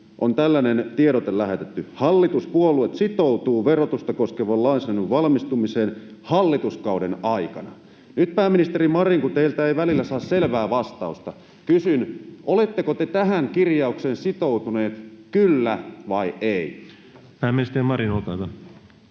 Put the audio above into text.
on tällainen tiedote lähetetty: ”Hallitus sitoutuu verotusta koskevan lainsäädännön valmistumiseen hallituskauden aikana.” Nyt, pääministeri Marin, kun teiltä ei välillä saa selvää vastausta, kysyn: Oletteko te tähän kirjaukseen sitoutuneet? Kyllä vai ei? Pääministeri Marin, olkaa hyvä.